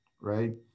right